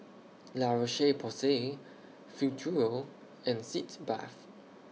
La Roche Porsay Futuro and Sitz Bath